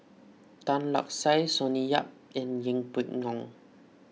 Tan Lark Sye Sonny Yap and Yeng Pway Ngon